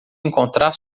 encontrar